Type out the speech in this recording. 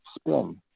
spin